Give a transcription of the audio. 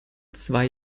zwei